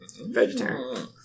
Vegetarian